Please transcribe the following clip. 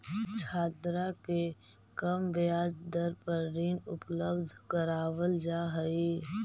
छात्र के कम ब्याज दर पर ऋण उपलब्ध करावल जा हई